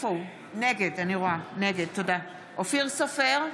נגד אופיר סופר,